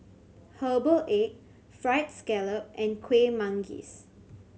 herbal egg Fried Scallop and Kueh Manggis